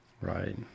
Right